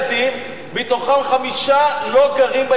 מתוכם חמישה לא גרים בהתיישבות ביהודה ושומרון,